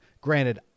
Granted